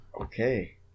Okay